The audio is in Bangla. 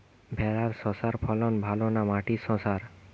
ভেরার শশার ফলন ভালো না মাটির শশার?